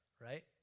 right